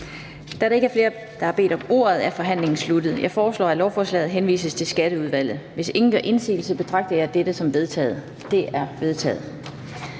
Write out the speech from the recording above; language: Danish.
Da der ikke er flere, der har bedt om ordet, er forhandlingen sluttet. Jeg foreslår, at lovforslaget henvises til Skatteudvalget. Hvis ingen gør indsigelse, betragter jeg dette som vedtaget. Det er vedtaget.